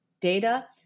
data